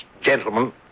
gentlemen